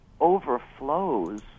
overflows